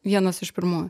vienos iš pirmųjų